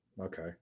Okay